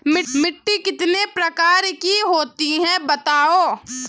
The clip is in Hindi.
मिट्टी कितने प्रकार की होती हैं बताओ?